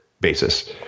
basis